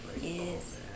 Yes